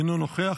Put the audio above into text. אינו נוכח,